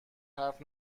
حرف